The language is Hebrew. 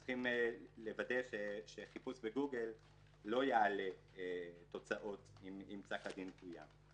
צריך לוודאי שחיפוש בגוגל לא יעלה תוצאות אם פסק הדין קוים.